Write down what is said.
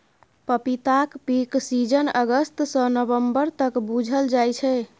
पपीताक peak season अगस्त सँ नबंबर तक बुझल जाइ छै